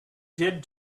did